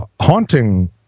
haunting